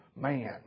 man